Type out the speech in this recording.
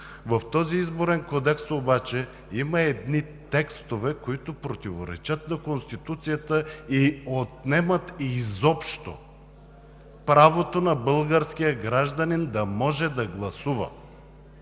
В този Изборен кодекс обаче има едни текстове, които противоречат на Конституцията и отнемат изобщо правото на българския гражданин да може да гласува.